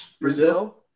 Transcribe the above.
Brazil